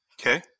Okay